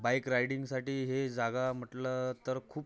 bike राइडिंगसाठी हे जागा म्हटलं तर खूप